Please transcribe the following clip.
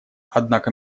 однако